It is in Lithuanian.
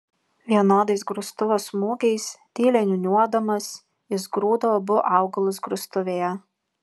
vienodais grūstuvo smūgiais tyliai niūniuodamas jis grūdo abu augalus grūstuvėje